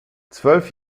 zwölf